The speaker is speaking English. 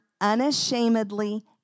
unashamedly